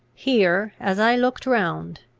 here, as i looked round,